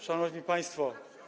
Szanowni Państwo!